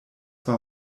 war